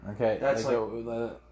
Okay